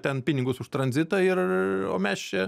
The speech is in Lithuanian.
ten pinigus už tranzitą ir o mes čia